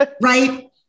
right